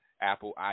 Apple